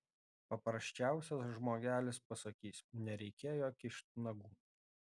paprasčiausias žmogelis pasakys nereikėjo kišt nagų